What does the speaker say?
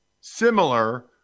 similar